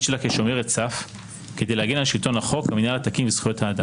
שלה כשומרת סף כדי להגן על שלטון החוק והמינהל התקין וזכויות האדם.